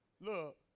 Look